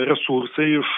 resursai iš